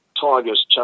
Tigers